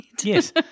Yes